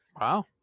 Wow